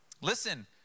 Listen